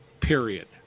Period